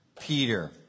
Peter